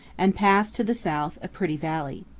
and pass, to the south, a pretty valley.